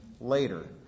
later